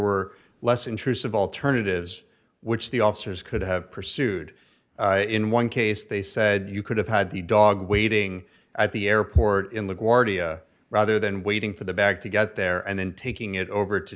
were less intrusive alternatives which the officers could have pursued in one case they said you could have had the dog waiting at the airport in the guardia rather than waiting for the bag to get there and then taking it over to